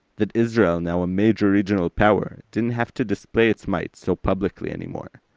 that israel, now a major regional power, didn't have to display its might so publicly anymore.